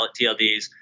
TLDs